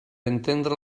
entendre